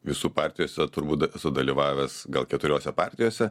visų partijose turbūt esu dalyvavęs gal keturiose partijose